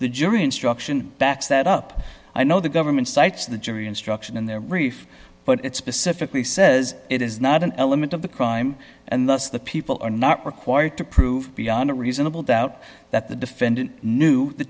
the jury instruction backs that up i know the government cites the jury instruction in their relief but it specifically says it is not an element of the crime and thus the people are not required to prove beyond a reasonable doubt that the defendant knew the